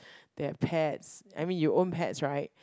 there are pets I mean you own pets right